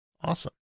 awesome